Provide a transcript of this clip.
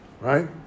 right